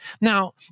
Now